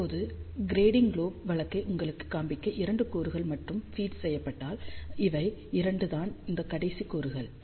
இப்போது க்ரெடிங்க் லோப் வழக்கை உங்களுக்குக் காண்பிக்க 2 கூறுகள் மட்டுமே ஃபீட் செய்யப்பட்டால் இவை 2 தான் அந்த கடைசி கூறுகள்